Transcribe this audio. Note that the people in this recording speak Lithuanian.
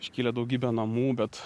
iškilę daugybė namų bet